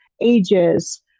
ages